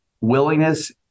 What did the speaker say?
willingness